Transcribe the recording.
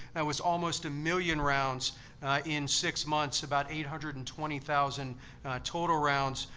that was almost a million rounds in six months. about eight hundred and twenty thousand total rounds,